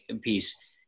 piece